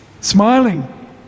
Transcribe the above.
Smiling